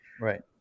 Right